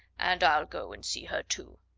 and i'll go and see her too.